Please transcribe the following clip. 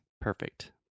Perfect